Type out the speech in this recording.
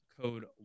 code